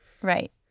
right